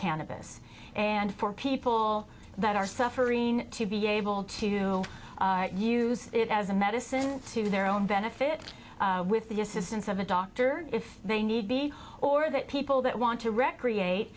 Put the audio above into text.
cannabis and for people that are suffering to be able to use it as a medicine to their own benefit with the assistance of a doctor if they need be or that people that want to recreate